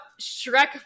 Shrek